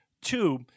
two